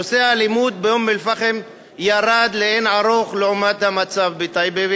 נושא האלימות באום-אל-פחם ירד לאין ערוך לעומת המצב בטייבה,